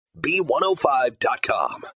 B105.com